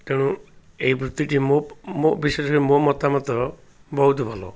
ତେଣୁ ଏହି ବୃତ୍ତିଟି ମୋ ମୋ ବିଶେଷରେ ମୋ ମତାମତର ବହୁତ ଭଲ